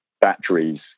batteries